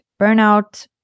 burnout